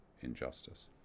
injustice